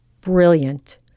Brilliant